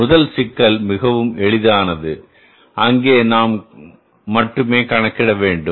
முதல் சிக்கல் மிகவும் எளிதானது அங்கு நாம் மட்டுமே கணக்கிட வேண்டும்